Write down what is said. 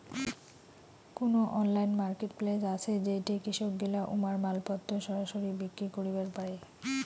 কুনো online marketplace আছে যেইঠে কৃষকগিলা উমার মালপত্তর সরাসরি বিক্রি করিবার পারে?